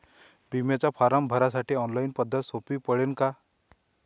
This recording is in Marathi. बिम्याचा फारम भरासाठी ऑनलाईन पद्धत सोपी पडन का?